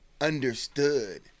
understood